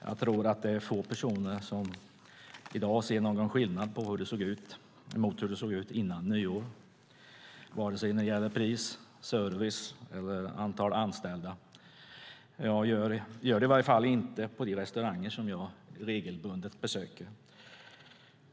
Jag tror att det är få personer som i dag ser någon skillnad mot hur det såg ut före nyår, varken när det gäller pris, service eller antal anställda. Jag gör det i varje fall inte på de restauranger jag regelbundet besöker.